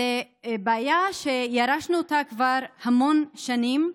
זו בעיה שירשנו אותה, כבר המון שנים,